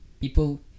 people